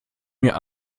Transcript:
mir